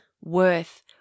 worth